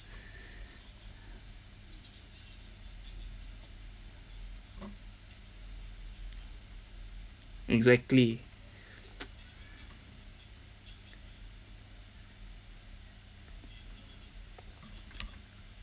exactly